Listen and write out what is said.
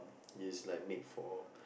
is like made for